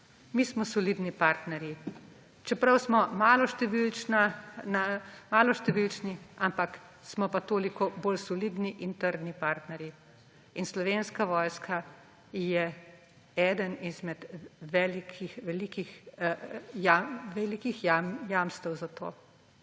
Mi smo solidni partnerji. Čeprav smo maloštevilčni, ampak smo pa toliko bolj solidni in trdni partnerji. In Slovenska vojska je ena izmed velikih jamstev za to.